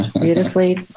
Beautifully